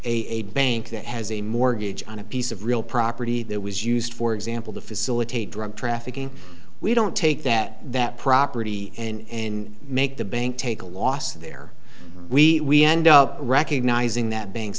a bank that has a mortgage on a piece of real property that was used for example to facilitate drug trafficking we don't take that that property and make the bank take a loss there we end up recognizing that